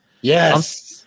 Yes